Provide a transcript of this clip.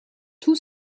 tous